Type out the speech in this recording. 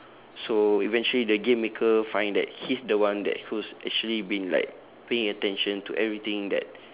so eventually the game maker find that he's the one that who's actually been like paying attention to everything that